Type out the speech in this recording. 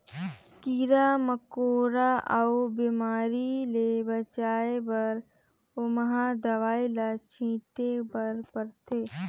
कीरा मकोरा अउ बेमारी ले बचाए बर ओमहा दवई ल छिटे बर परथे